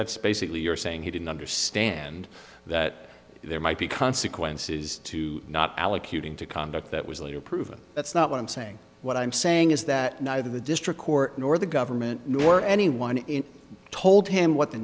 that's basically you're saying he didn't understand that there might be consequences to not allocating to conduct that was later proven that's not what i'm saying what i'm saying is that neither the district court nor the government nor anyone told him what the